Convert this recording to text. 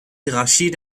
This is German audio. hierarchie